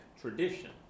tradition